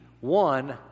one